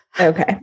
okay